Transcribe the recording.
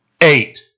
Eight